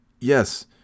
yes